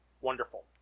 wonderful